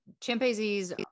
chimpanzees